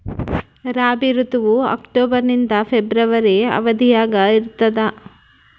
ರಾಬಿ ಋತುವು ಅಕ್ಟೋಬರ್ ನಿಂದ ಫೆಬ್ರವರಿ ಅವಧಿಯಾಗ ಇರ್ತದ